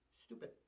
stupid